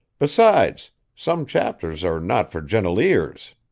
besides some chapters are not for gentle ears.